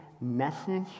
message